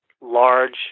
large